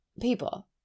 People